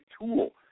tool